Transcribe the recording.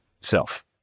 self